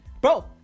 Bro